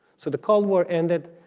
so the cold war ended